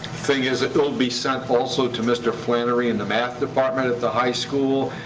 thing is that it'll be sent also to mr. flannery in the math department at the high school,